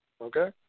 Okay